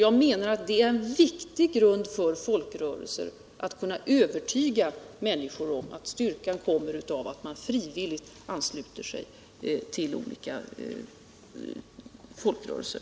Jag menar att det är en viktig grund för folkrörelserna att kunna övertyga människor om att styrkan kommer av att man frivilligt ansluter sig till olika folkrörelser.